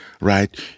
right